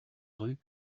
rue